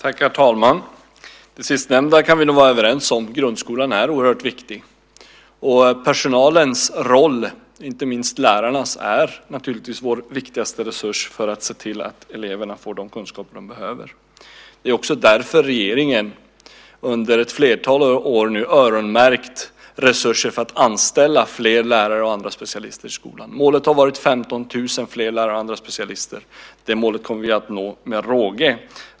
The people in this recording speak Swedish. Herr talman! Det sistnämnda kan vi nog vara överens om. Grundskolan är oerhört viktig, och personalen, inte minst lärarna, är naturligtvis vår viktigaste resurs för att se till att eleverna får de kunskaper de behöver. Det är också därför som regeringen under ett flertal år nu öronmärkt resurser för att anställa fler lärare och andra specialister i skolan. Målet har varit 15 000 fler lärare och andra specialister. Det målet kommer vi att nå med råge.